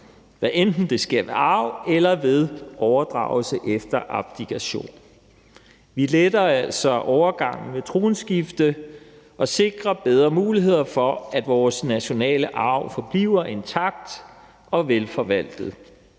hvad enten det sker ved arv eller ved overdragelse efter abdikation. Vi letter altså overgangen ved tronskifte og sikrer bedre muligheder for, at vores nationale arv forbliver intakt og velforvaltet.